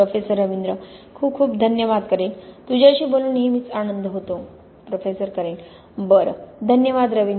professor Ravindra खूप खूप धन्यवाद करेन तुझ्याशी बोलून नेहमीच आनंद होतो प्रोफेसर कॅरन बरं धन्यवाद रवींद्र